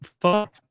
Fuck